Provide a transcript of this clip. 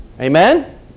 Amen